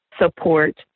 support